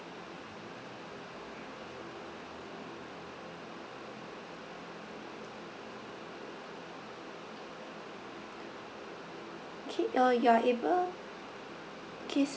okay uh you are able okay